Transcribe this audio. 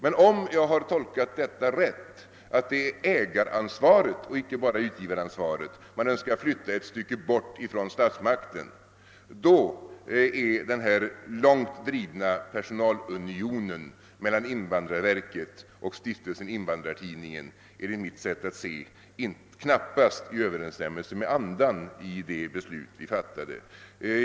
Men om jag har tolkat detta rätt, d.v.s. att det är ägaransvaret och inte bara utgivaransvaret man önskar flytta ett stycke bort från statsmakten, är denna långt drivna personalunion mellan invandrarverket och Stiftelsen Invandrartidningen enligt mitt sätt att se knappast i överensstämmelse med andan i det beslut vi fattade.